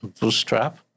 bootstrap